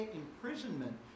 imprisonment